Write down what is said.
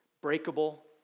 breakable